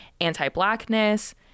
anti-blackness